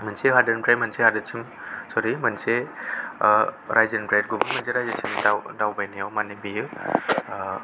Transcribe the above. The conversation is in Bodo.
मोनसे हादोरनिफ्राय मोनसे हादोर सिम सरि मोनसे रायजोनिफ्राय गुबुन मोनसे रायजोसिम दाव दावबायनायाव माने बेयो